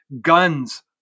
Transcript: guns